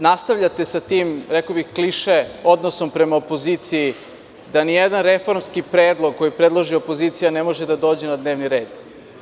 Nastavljate sa tim, rekao bih kliše – odnosom prema opoziciji, da ni jedan reformski predlog koji predloži opozicija ne može da dođe na dnevni red.